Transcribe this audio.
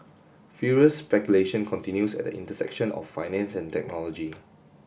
furious speculation continues at the intersection of finance and technology